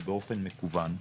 או באופן מקוון,